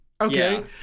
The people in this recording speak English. Okay